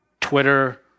Twitter